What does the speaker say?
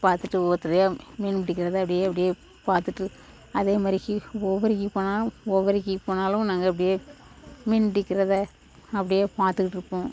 பார்த்துட்டு ஒவ்வொருத்தரையாக மீன் பிடிக்கிறத அப்படியே அப்படியே பார்த்துட்டு அதே மாதிரி ஹீ உவருகி போனாலும் உவருகி போனாலும் நாங்க அப்படியே மீன் பிடிக்கிறத அப்படியே பார்த்துக்கிட்டு இருப்போம்